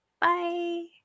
bye